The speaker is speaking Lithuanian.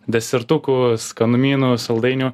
desertukų skanumynų saldainių